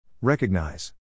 Recognize